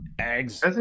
Eggs